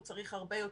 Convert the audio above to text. הוא צריך הרבה יותר.